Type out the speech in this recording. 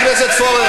תרד מהדוכן.